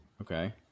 Okay